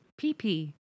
PP